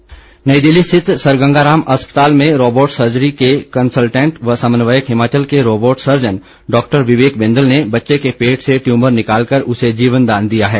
robot surgery नई दिल्ली स्थित sir Ganga Ram अस्पताल में रोबोट सर्जरी के कंस्लटेंट व समन्वयक हिमाचल के robot surgeon doctor Vivek Bindal ने बच्चे के पेट से ट्यूमर निकालकर उसे जीवनदान दिया है